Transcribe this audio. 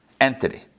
entity